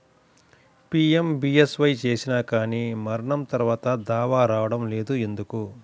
PMBSY చేసినా కానీ మరణం తర్వాత దావా రావటం లేదు ఎందుకు?